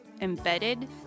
embedded